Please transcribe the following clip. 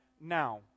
now